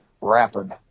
rapid